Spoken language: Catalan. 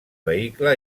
vehicle